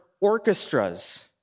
orchestras